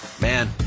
man